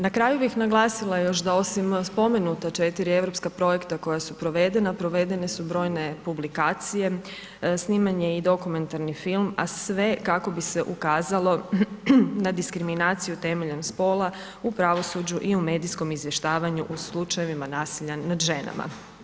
Na kraju bih naglasila još da osim spomenuta 4 europska projekta koja su provedena provedene su brojne publikacije, snimanje i dokumentarni film a sve kako bi se ukazalo na diskriminaciju temeljem spola u pravosuđu i medijskom izvještavanju u slučajevima nasilja nad ženama.